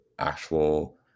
Actual